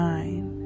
Nine